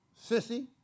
sissy